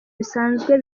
bisanzwe